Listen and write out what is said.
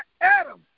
Adam